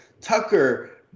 Tucker